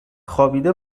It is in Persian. خوابیده